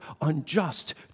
unjust